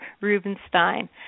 Rubenstein